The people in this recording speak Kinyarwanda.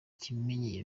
kimenyi